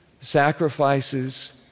sacrifices